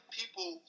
people